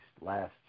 last